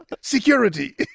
security